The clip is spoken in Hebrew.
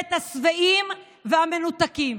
ממשלת השבעים והמנותקים.